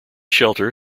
shelter